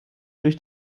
durch